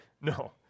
No